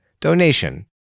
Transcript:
donation